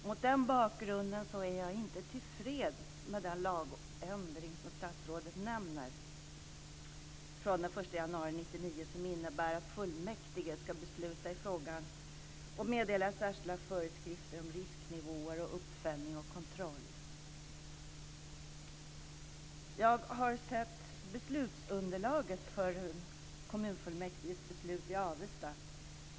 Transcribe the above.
Mot den bakgrunden är jag inte till freds med den lagändring från den 1 januari 1999 som statsrådet nämner och som innebär att fullmäktige ska besluta om frågan och meddela särskilda föreskrifter om risknivåer, uppföljning och kontroll. Jag har sett beslutsunderlaget för kommunfullmäktiges beslut i Avesta.